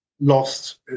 lost